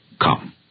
come